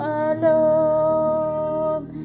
alone